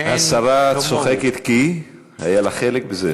השרה צוחקת כי היה לה חלק בזה?